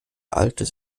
altes